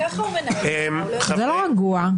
זה לא רגוע.